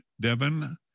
Devin